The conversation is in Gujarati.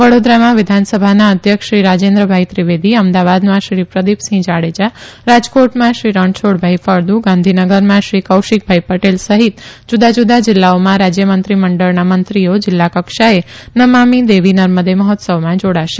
વડોદરામાં વિધાનસભાના અધ્યક્ષ શ્રી રાજેન્દ્રભાઈ ત્રિવેદી અમદાવાદમાં શ્રી પ્રદી સિંહ જાડેજા રાજકોટમાં શ્રીરણછોડભાઈ ફળદુ ગાંધીનગરમાં શ્રી કૌશિકભાઈ ટેલ સહિત જુદા જુદા જિલ્લાઓમાં રાજ્યમંત્રી મંડળના મંત્રીઓ અને જિલ્લા કક્ષાએ નમામિ દેવી નર્મદે મહોત્સવમાં જાડાશે